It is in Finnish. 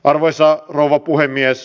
arvoisa rouva puhemies